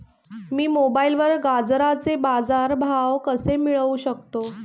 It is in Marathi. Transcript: मी मोबाईलवर गाजराचे बाजार भाव कसे मिळवू शकतो?